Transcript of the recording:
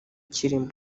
kirimo